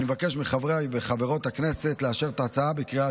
אני מבקש מחברי וחברות הכנסת לאשר את ההצעה בקריאה